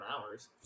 hours